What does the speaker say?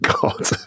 God